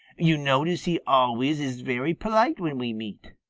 you notice he always is very polite when we meet.